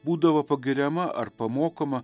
būdavo pagiriama ar pamokoma